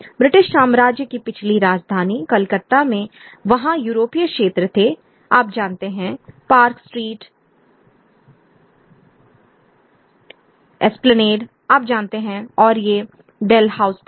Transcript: British साम्राज्य की पिछली राजधानी कलकत्ता मेें वहां यूरोपीय क्षेत्र थे आप जानते हैं पार्क स्ट्रीट एस्प्लेनेड आप जानते हैं और ये डेलहाउस थे